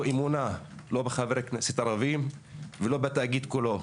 אמונה לא בחברי כנסת ערבים ולא בתאגיד כולו.